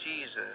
Jesus